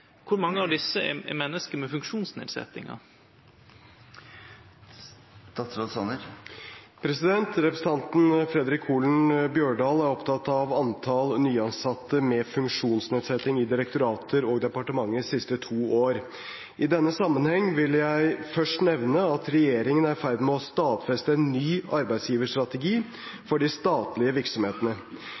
Kor mange av desse er menneske med funksjonsnedsettingar?» Representanten Fredric Holen Bjørdal er opptatt av antall nyansatte med funksjonsnedsetting i direktorater og departementer siste to år. I denne sammenheng vil jeg først nevne at regjeringen er i ferd med å stadfeste en ny arbeidsgiverstrategi for de statlige virksomhetene.